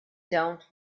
dont